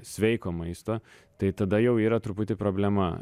sveiko maisto tai tada jau yra truputį problema